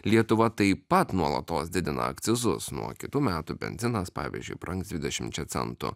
lietuva taip pat nuolatos didina akcizus nuo kitų metų benzinas pavyzdžiui brangs dvidešimčia centų